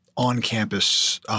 on-campus